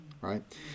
Right